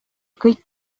kõik